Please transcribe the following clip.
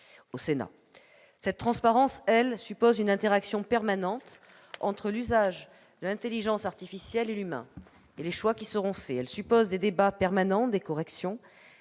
ainsi :« Cette transparence, elle suppose une interaction permanente entre l'intelligence artificielle et l'humain et les choix qui seront faits, elle suppose des débats permanents, des corrections,